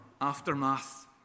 aftermath